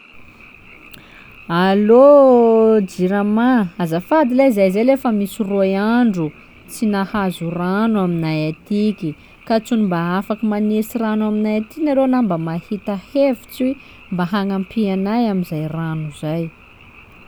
Allô Jirama, azafady lahy zahay zay lahy efa misy roy andro tsy nahazo rano aminay atiky, ka tsôny mba afaky manesy rano aminay aty nareo na mba mahita hevitsy hoe mba hagnampia anay amizay rano zay.